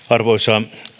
arvoisa